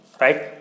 right